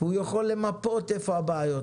והוא יכול למפות איפה הבעיות,